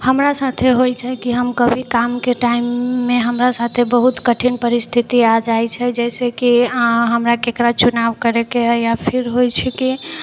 हमरा साथे होइत छै कि हम कभी कामके टाइममे हमरा साथे बहुत कठिन परिस्थिति आ जाइत छै जैसे कि हमरा केकरा चुनाव करयके हइ या फिर होइत छै कि